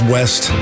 West